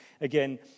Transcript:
again